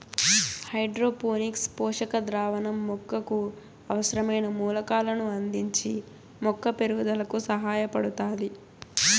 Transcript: hydroponics పోషక ద్రావణం మొక్కకు అవసరమైన మూలకాలను అందించి మొక్క పెరుగుదలకు సహాయపడుతాది